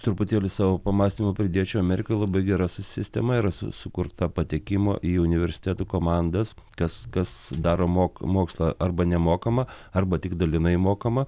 truputėlį savo pamąstymų pridėčiau amerikoj labai gera sis sistema yra su sukurta patekimo į universitetų komandas kas kas daro mok mokslą arba nemokamą arba tik dalinai mokamą